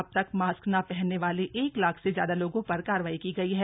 अब तक मास्क न पहनने वाले एक लाख से ज्यादा लोगों पर कार्रवाई की गई है